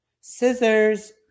Scissors